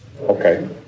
Okay